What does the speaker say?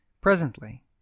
Presently